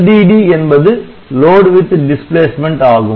LDD என்பது Load with Displacement ஆகும்